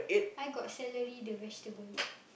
I got celery the vegetable